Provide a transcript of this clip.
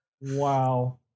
Wow